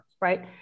right